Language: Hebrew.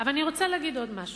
אבל אני רוצה להגיד עוד משהו.